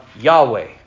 Yahweh